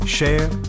Share